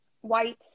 white